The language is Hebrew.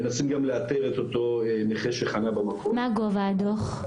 מנסים גם לאתר את אותו נכה שחנה במקום --- מה גובה הדוח?